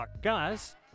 guys